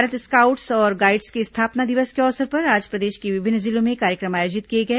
Bharat scouts और guides के स्थापना दिवस के अवसर पर आज प्रदेश के विभिन्न जिलों में कार्यक्रम आयोजित किए गए